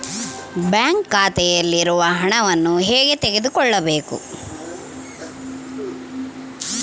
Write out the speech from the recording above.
Bank ಖಾತೆಯಲ್ಲಿರುವ ಹಣವನ್ನು ಹೇಗೆ ತಗೋಬೇಕು?